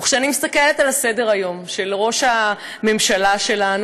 וכשאני מסתכלת על סדר-היום של ראש הממשלה שלנו,